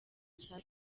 cya